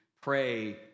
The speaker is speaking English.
pray